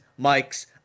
mics